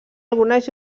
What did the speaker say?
algunes